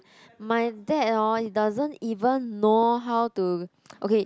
my dad hor doesn't even know how to okay